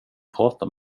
prata